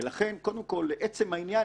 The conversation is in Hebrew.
ולכן לעצם העניין,